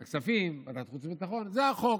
הכספים, ועדת חוץ וביטחון, זה החוק.